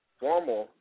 formal